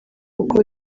uko